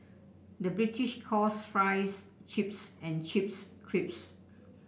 the British calls fries chips and chips crisps